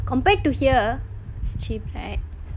compared to here it's cheap right